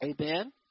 Amen